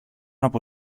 από